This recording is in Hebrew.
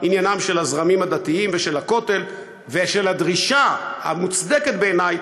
ושמר עליהם בדרך הזאת בטרגדיות ובאסונות שהעם היהודי עבר,